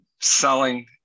selling